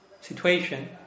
situation